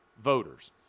voters